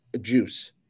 Juice